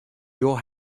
your